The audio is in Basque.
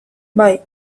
bai